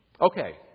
Okay